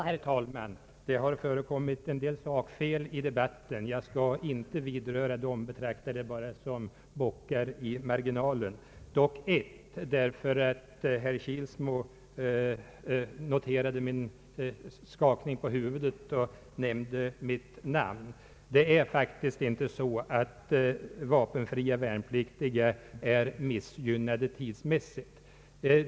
Herr talman! Det har förekommit en del sakfel i debatten. Jag betraktar dem som bockar i marginalen och skall inte vidröra fler än ett av dem eftersom herr Kilsmo noterade min huvudskakning och nämnde mitt namn. Det är faktiskt inte så att vapenfria värnpliktiga är missgynnade tidsmässigt.